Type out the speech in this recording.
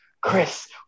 Chris